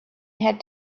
had